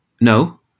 No